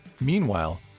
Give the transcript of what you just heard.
Meanwhile